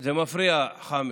זה מפריע, חמד.